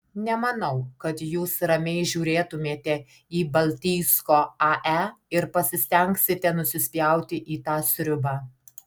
nemanau kad jūs ramiai žiūrėtumėte į baltijsko ae ir pasistengsite nusispjauti į tą sriubą